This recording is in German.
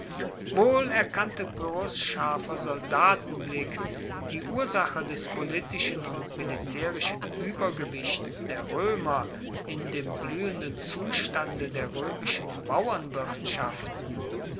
wohl erkannte pyrrhos scharfer soldatenblick die ursache des politischen und militaerischen uebergewichts der roemer in dem bluehenden zustande der roemischen